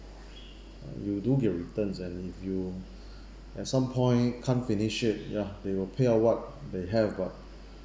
uh you do get returns and if you at some point can't finish it ya they will pay out what they have but